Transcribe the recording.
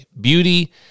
Beauty